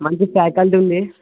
మంచి ఫ్యాకల్టీ ఉంది